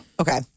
Okay